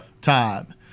time